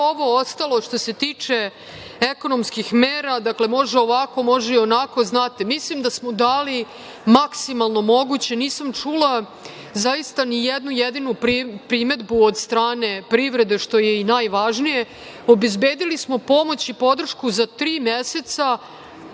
ovo ostalo, a što se tiče ekonomskih mera, dakle, može ovako, može onako. Znate, mislim da smo dali maksimalno moguće. Nisam čula ni jednu jedinu primedbu od strane privrede što je i najvažnije. Obezbedili smo pomoć i podršku za tri meseca,